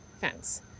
fence